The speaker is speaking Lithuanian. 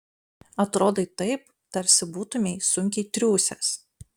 atrodai taip tarsi būtumei sunkiai triūsęs